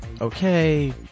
okay